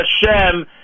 Hashem